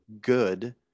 good